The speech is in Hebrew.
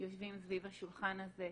יושבים סביב השולחן הזה.